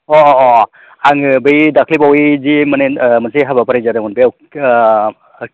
अ अ आङो बै दाख्लैबावै बै जे माने मोनसे हाबाफारि जादोंमोन बेयाव ओ